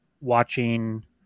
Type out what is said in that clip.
watching